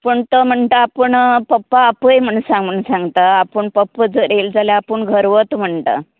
पूण तो म्हणटा आपूण पप्पा आपय म्हूण सांग म्हूण सांगता आपूण पप्पा जर येल जाल्यार आपूण घर वता म्हणटा